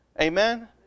Amen